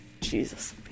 jesus